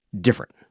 different